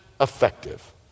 effective